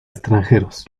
extranjeros